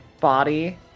body